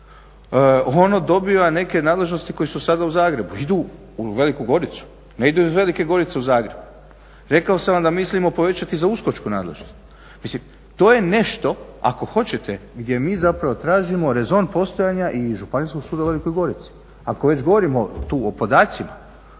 Ono dobiva neke nadležnosti koje su sada u Zagrebu, idu u Veliku Goricu, ne idu iz Velike Gorice u Zagreb. Rekao sam vam da mislimo povećati za USKOK-čku nadležnost. Mislim to je nešto ako hoćete gdje mi zapravo tražimo rezon postojanja i Županijskog suda u Velikoj Gorici. Ako već govorimo tu o podacima